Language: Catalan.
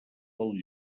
del